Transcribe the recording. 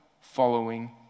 following